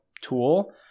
tool